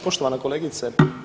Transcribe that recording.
Poštovana kolegice.